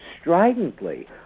stridently